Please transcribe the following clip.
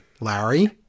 Larry